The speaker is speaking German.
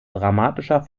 dramatischer